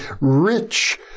rich